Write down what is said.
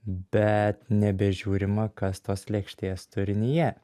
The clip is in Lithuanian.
bet nebežiūrima kas tos lėkštės turinyje